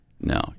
No